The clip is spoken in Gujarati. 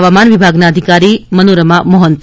હવામાન વિભાગના અધિકારી મનોરમા મોહન્તી